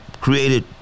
created